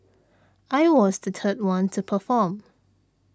I was the third one to perform